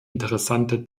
interessante